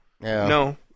No